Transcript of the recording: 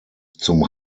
zum